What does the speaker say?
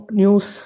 news